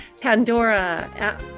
Pandora